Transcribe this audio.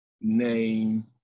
name